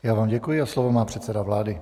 Já vám děkuji a slovo má předseda vlády.